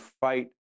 fight